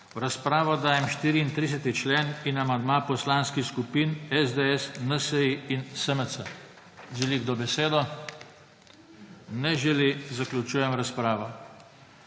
V razpravo dajem 34. člen in amandma Poslanskih skupin SDS, NSi in SMC. Želi kdo besedo? (Ne.) Zaključujem razpravo.